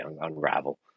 unravel